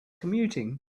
commuting